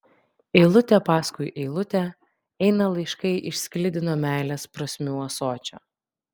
eilutė paskui eilutę eina laiškai iš sklidino meilės prasmių ąsočio